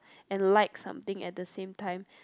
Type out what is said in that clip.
and like something at the same time